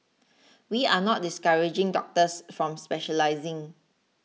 we are not discouraging doctors from specialising